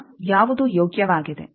ಈಗ ಯಾವುದು ಯೋಗ್ಯವಾಗಿದೆ